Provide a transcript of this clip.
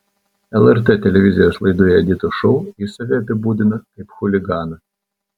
lrt televizijos laidoje editos šou jis save apibūdina kaip chuliganą